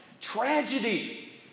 Tragedy